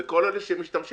זה כל אלה שמשתמשים